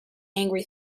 angry